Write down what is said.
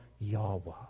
Yahweh